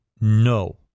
No